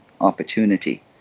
opportunity